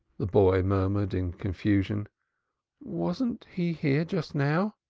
the boy murmured in confusion wasn't he here just now?